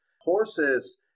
horses